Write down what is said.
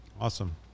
awesome